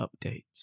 updates